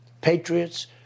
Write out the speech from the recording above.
patriots